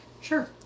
Sure